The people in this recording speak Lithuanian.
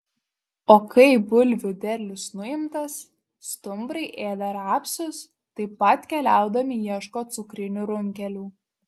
o kai bulvių derlius nuimtas stumbrai ėda rapsus taip pat keliaudami ieško cukrinių runkelių